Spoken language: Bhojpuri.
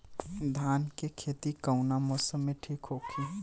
धान के खेती कौना मौसम में ठीक होकी?